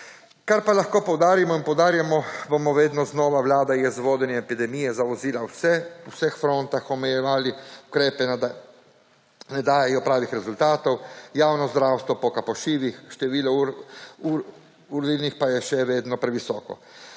Kar pa lahko poudarimo in poudarjamo bomo vedno znova, vlada je z vodenjem epidemije zavozila vse, na vseh frontah omejevali ukrepe, ne dajejo pravih rezultatov, javno zdravstvo poka po šivih, število ur… / nerazumljivo/ pa je še vedno previsoko.